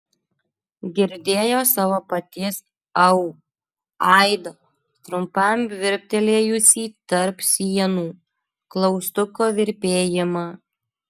girdėjo savo paties au aidą trumpam virptelėjusį tarp sienų klaustuko virpėjimą